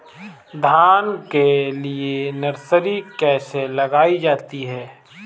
धान के लिए नर्सरी कैसे लगाई जाती है?